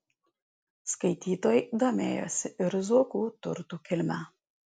skaitytojai domėjosi ir zuokų turtų kilme